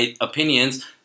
opinions